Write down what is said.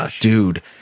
dude